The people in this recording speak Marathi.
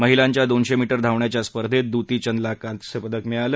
महिलांच्या दोनशे मीटर धावण्याच्या स्पर्धेत दुती चंदला कांस्यपदक मिळालं